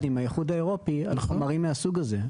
עם האיחוד האירופי על חומרים מהסוג הזה.